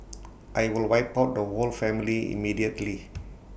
I will wipe out the whole family immediately